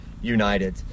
united